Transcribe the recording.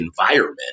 environment